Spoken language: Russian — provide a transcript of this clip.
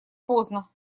поздно